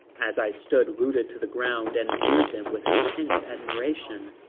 as i stood rooted to the ground and viewed them with intense admiration,